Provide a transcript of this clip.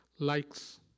Likes